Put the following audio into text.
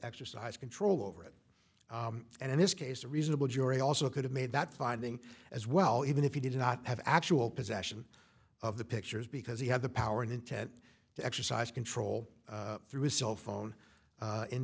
exercise control over it and in this case a reasonable jury also could have made that finding as well even if he did not have actual possession of the pictures because he had the power and intent to exercise control through a cell phone